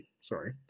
sorry